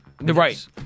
Right